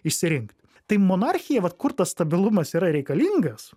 išsirinkti tai monarchija vat kur tas stabilumas yra reikalingas